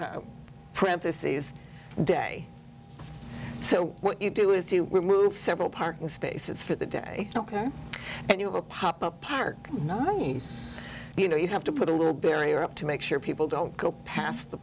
is day so what you do is you remove several parking spaces for the day ok and you have a pop up park you know you have to put a little barrier up to make sure people don't go past the